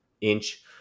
inch